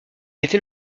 était